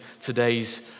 today's